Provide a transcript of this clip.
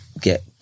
get